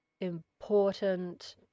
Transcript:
important